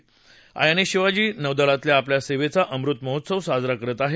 INS Shivaji नौदलातल्या आपल्या सेवेचा अमृत महोत्सव साजरा करत आहे